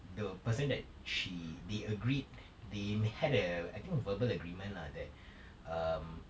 the person that she they agreed they had a I think verbal agreement lah that um